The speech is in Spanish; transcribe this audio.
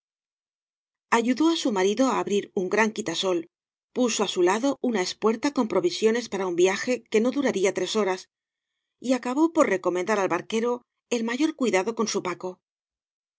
ayudó á bu marido á abrir un gran quitasol puso á su lado una espuerta con provisiones para un viaje que no duraría tres horas y acabó por recomendar al ba quero el mayor cuidado con bu paco